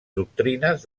doctrines